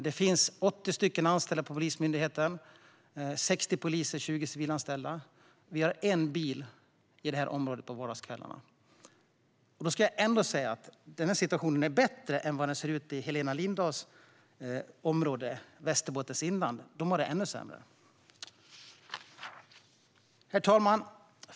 Det finns 80 anställda vid polismyndigheten, 60 poliser och 20 civilanställda. Vi har en bil i detta område på vardagskvällarna. Och den situationen är ändå bättre än den som råder i Helena Lindahls område, Västerbottens inland - de har det ännu sämre. Herr talman!